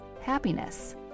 happiness